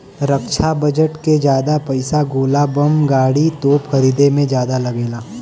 रक्षा budget के जादा पइसा गोला बम गाड़ी, तोप खरीदे में जादा लगला